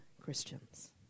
Christians